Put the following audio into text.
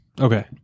Okay